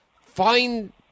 find